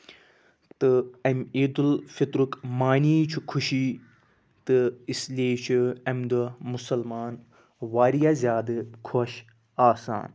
تہٕ اَمہِ عیٖدالفِطرُک معنے ہی چھُ خوشی تہٕ اسی لیے چھُ اَمہِ دۄہ مُسلمان واریاہ زیادٕ خۄش آسان